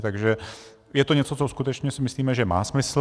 Takže je to něco, co skutečně si myslíme, že má smysl.